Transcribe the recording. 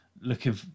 looking